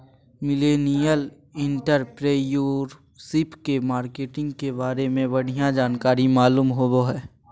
millennial entrepreneurship के marketing के बारे में बढ़िया जानकारी मालूम होबो हय